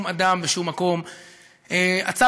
בשום מקום אחר בעולם,